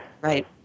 Right